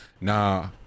nah